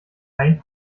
kein